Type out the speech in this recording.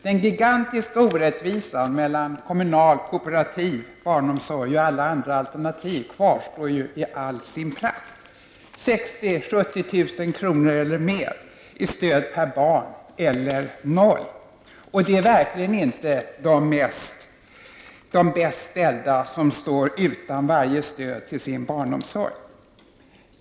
Den gigantiska orättvisan mellan kommunal och kooperativ barnomsorg och alla andra alternativ kvarstår ju i all sin prakt: 60 000, 70 000 kronor eller mer i stöd per barn eller noll, och det är verkligen inte de bäst ställda som står utan varje stöd till sin barnomsorg.